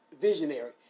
visionary